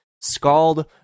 Scald